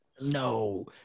No